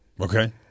Okay